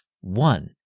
one